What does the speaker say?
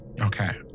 Okay